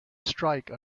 strike